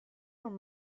non